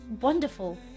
wonderful